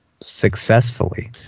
successfully